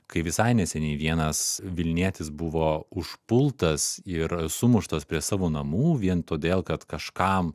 kai visai neseniai vienas vilnietis buvo užpultas ir sumuštas prie savo namų vien todėl kad kažkam